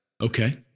Okay